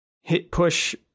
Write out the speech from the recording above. hit-push